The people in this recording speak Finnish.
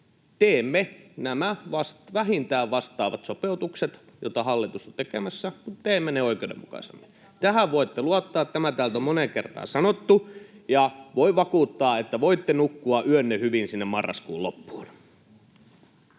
teemme vähintään nämä vastaavat sopeutukset, joita hallitus on tekemässä, mutta teemme ne oikeudenmukaisemmin. [Pia Viitanen: Moneen kertaan sanottu!] Tähän voitte luottaa, tämä täältä on moneen kertaan sanottu. Ja voin vakuuttaa, että voitte nukkua yönne hyvin sinne marraskuun loppuun